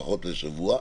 לפחות לשבוע,